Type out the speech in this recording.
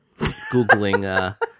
Googling